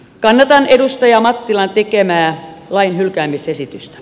kannatan edustaja mattilan tekemää lain hylkäämisesitystä